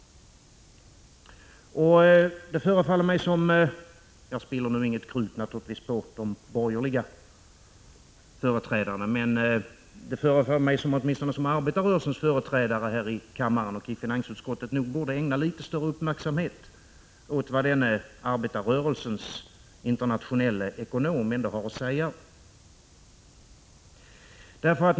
Jag spiller naturligtvis nu inget krut på de borgerliga företrädarna, men det förefaller mig som om arbetarrörelsens företrädare här i kammaren och i finansutskottet nog borde ägna litet större uppmärksämhet åt vad denne arbetarrörelsens internationelle ekonom har att säga.